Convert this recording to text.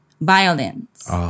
violence